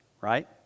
right